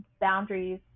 boundaries